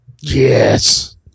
Yes